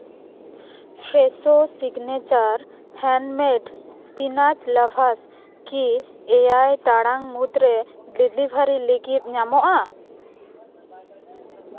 Fresho signature handmade spinach lavash ᱠᱤ ᱮᱭᱟᱭ ᱴᱟᱲᱟᱝ ᱢᱩᱫᱽ ᱨᱮ ᱰᱤᱞᱤᱵᱟᱨᱤ ᱞᱟᱹᱜᱤᱫ ᱧᱟᱢᱚᱜᱼᱟ